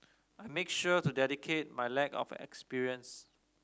I make sure to dedicate my lack of experience